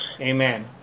Amen